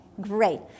Great